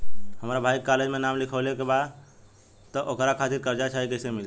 हमरा भाई के कॉलेज मे नाम लिखावे के बा त ओकरा खातिर कर्जा चाही कैसे मिली?